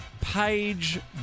Page